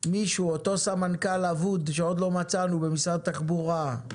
אותו סמנכ"ל אבוד שעוד לא מצאנו במשרד התחבורה,